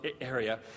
area